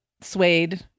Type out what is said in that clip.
suede